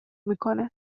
میکنه